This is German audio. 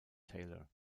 taylor